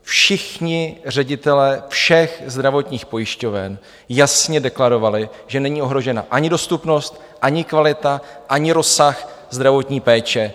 Všichni ředitelé všech zdravotních pojišťoven jasně deklarovali, že není ohrožena ani dostupnost, ani kvalita, ani rozsah zdravotní péče.